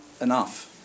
enough